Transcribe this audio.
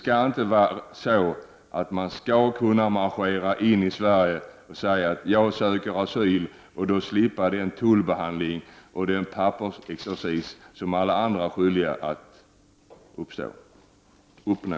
Man skall inte kunna marschera in i Sverige och säga att ”jag söker asyl” och därmed slippa den tullbehandling och den pappersexercis som alla andra är skyldiga att utstå.